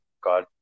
god